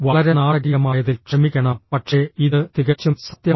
വളരെ നാടകീയമായതിൽ ക്ഷമിക്കണം പക്ഷേ ഇത് തികച്ചും സത്യമാണ്